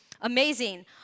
amazing